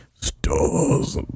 Stars